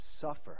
suffer